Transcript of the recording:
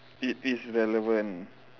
it's it's relevant